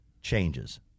changes